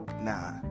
Nah